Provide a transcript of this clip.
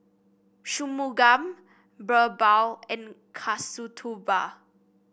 Shunmugam BirbaL and Kasturba